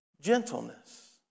gentleness